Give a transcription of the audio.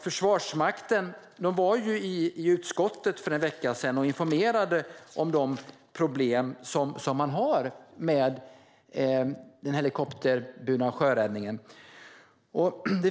Försvarsmakten var i utskottet för en vecka sedan och informerade om de problem som man har med den helikopterburna sjöräddningen.